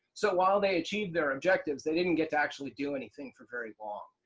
so while they achieve their objectives they didn't get to actually do anything for very long.